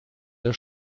der